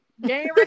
Game